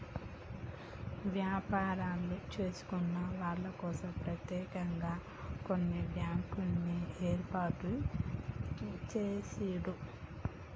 వ్యాపారాలు చేసుకునే వాళ్ళ కోసం ప్రత్యేకంగా కొన్ని బ్యాంకుల్ని ఏర్పాటు చేసిండ్రు